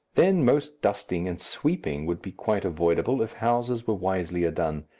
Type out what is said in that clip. then most dusting and sweeping would be quite avoidable if houses were wiselier done.